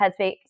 headspace